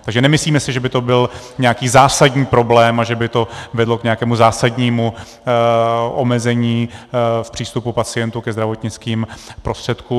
Takže si nemyslíme, že by to byl nějaký zásadní problém a že by to vedlo k nějakému zásadnímu omezení v přístupu pacientů ke zdravotnickým prostředkům.